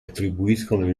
attribuiscono